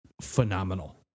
phenomenal